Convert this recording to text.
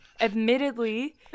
Admittedly